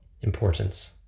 importance